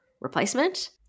replacement